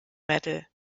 metal